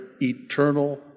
eternal